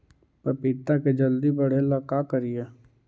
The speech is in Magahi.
पपिता के जल्दी बढ़े ल का करिअई?